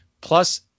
Plus